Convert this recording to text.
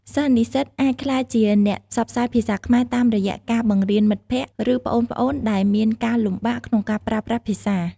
សិស្សនិស្សិតអាចក្លាយជាអ្នកផ្សព្វផ្សាយភាសាខ្មែរតាមរយៈការបង្រៀនមិត្តភក្តិ ឬប្អូនៗដែលមានការលំបាកក្នុងការប្រើប្រាស់ភាសា។